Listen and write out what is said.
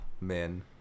men